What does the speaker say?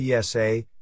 PSA